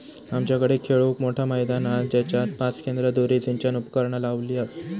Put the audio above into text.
आमच्याकडे खेळूक मोठा मैदान हा जेच्यात पाच केंद्र धुरी सिंचन उपकरणा लावली हत